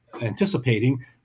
anticipating